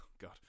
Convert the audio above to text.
God